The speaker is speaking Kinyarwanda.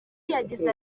yagize